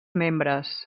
membres